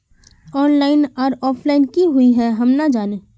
Online आर offline की हुई है हम ना जाने?